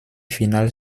finale